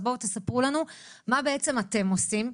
תספרו לנו מה בעצם אתם עושים.